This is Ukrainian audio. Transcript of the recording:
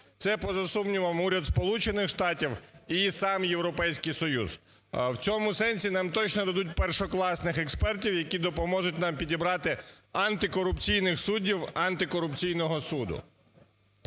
Це поза сумнівом Уряд Сполучених Штатів і сам Європейський Союз. В цьому сенсі нам точно дадуть першокласних експертів, які допоможуть нам підібрати антикорупційних суддів антикорупційного суду.